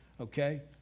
Okay